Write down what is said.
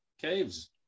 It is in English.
Caves